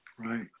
right